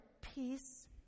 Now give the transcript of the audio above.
peace